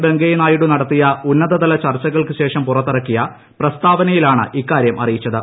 വെങ്കയ്യനായിഡു നടത്തിയ ഉന്നതതല ചർച്ചകൾക്കുശേഷം പുറത്തിറക്കിയ പ്രസ്താവനയിലാണ് ഇക്കാര്യം അറിയിച്ചത്